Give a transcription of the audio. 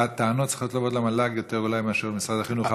הטענות צריכות לבוא למל"ג יותר מאשר למשרד החינוך.